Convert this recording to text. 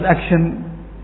action